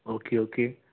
okay okay